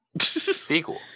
sequel